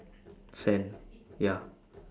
sand ya